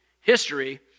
History